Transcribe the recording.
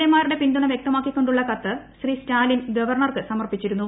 A മാരുടെ പിന്തുണ വ്യക്തമാക്കിക്കൊണ്ടുള്ള കത്ത് ശ്രീ സ്റ്റാലിൻ ഗവർണർക്ക് സമർപ്പിച്ചിരുന്നു